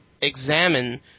examine